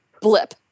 blip